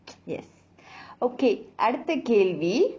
yes okay அடுத்த கேள்வி:adutha kaelvi